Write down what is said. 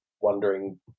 wondering